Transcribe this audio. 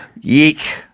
Yeek